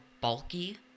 bulky